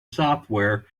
software